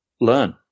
learn